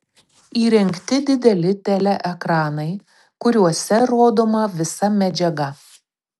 įrengti dideli teleekranai kuriuose rodoma visa medžiaga